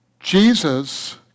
Jesus